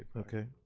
ah okay.